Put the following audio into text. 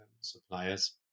suppliers